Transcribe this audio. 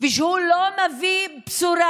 ושהוא לא מביא בשורה.